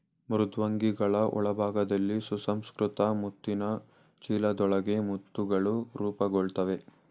ಮೃದ್ವಂಗಿಗಳ ಒಳಭಾಗದಲ್ಲಿ ಸುಸಂಸ್ಕೃತ ಮುತ್ತಿನ ಚೀಲದೊಳಗೆ ಮುತ್ತುಗಳು ರೂಪುಗೊಳ್ತವೆ